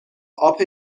اَپ